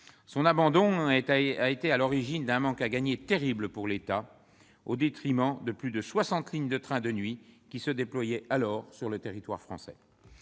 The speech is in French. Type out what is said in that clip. Cet abandon a été à l'origine d'un manque à gagner terrible pour l'État, au détriment de plus de soixante lignes de trains de nuit qui se déployaient alors sur le territoire français.